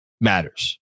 matters